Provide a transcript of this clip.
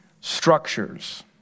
structures